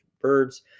birds